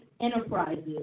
Enterprises